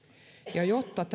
ja jotta